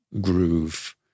Groove